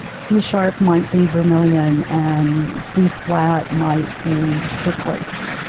c sharp might be vermillion and d flat might be turquoise.